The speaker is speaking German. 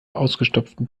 ausgestopften